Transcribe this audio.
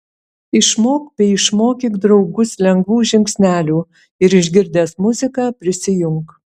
išmok bei išmokyk draugus lengvų žingsnelių ir išgirdęs muziką prisijunk